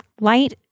Light